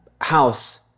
house